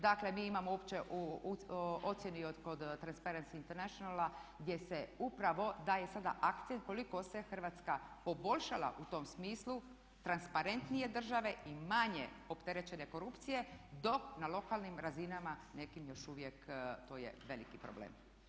Dakle mi imamo u ocjeni kod Transparency Internationala gdje se upravo daje sada akcent koliko se Hrvatska poboljšala u tom smislu transparentnije države i manje opterećene korupcije dok na lokalnim razinama nekim još uvijek to je veliki problem.